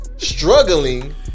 Struggling